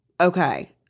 Okay